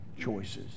choices